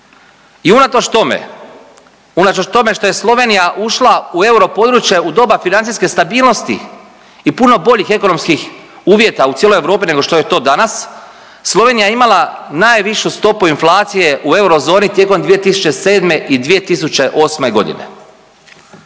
tome što je Slovenija ušla u europodručje u doba financijske stabilnosti i puno boljih ekonomskih uvjeta u cijeloj Europi nego što je to danas, Slovenija je imala najvišu stopu inflacije u eurozoni tijekom 2007. i 2008. g.